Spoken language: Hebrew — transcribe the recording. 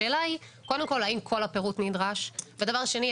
השאלה היא האם כל הפירוט נדרש והדבר השני,